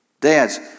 Dads